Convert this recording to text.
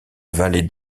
vallée